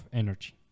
energy